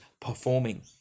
performing